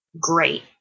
great